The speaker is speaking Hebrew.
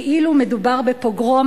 כאילו מדובר בפוגרום.